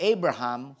Abraham